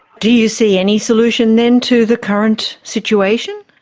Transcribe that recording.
do you see any solution then to the current situation?